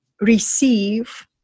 receive